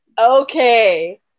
okay